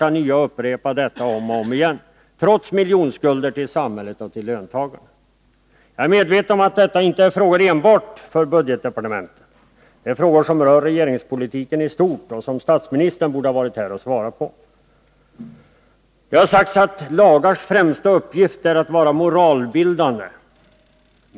om igen, trots miljonskulder till samhället och till löntagarna? Jag är medveten om att detta inte är frågor enbart för budgetdepartementet. Det är frågor som rör regeringspolitiken i stort och som statsmininstern borde ha varit här och svarat på. Det har sagts att lagars främsta uppgift är att vara moralbildande.